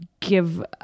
give